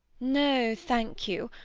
no, thank you.